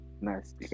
Nice